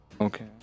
Okay